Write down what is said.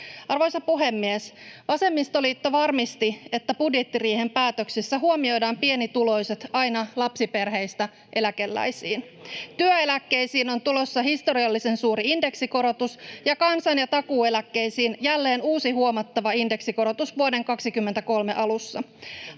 Arvoisa puhemies! Vasemmistoliitto varmisti, että budjettiriihen päätöksissä huomioidaan pienituloiset aina lapsiperheistä eläkeläisiin. Työeläkkeisiin on tulossa historiallisen suuri indeksikorotus ja kansan- ja takuueläkkeisiin jälleen uusi huomattava indeksikorotus vuoden 23 alussa.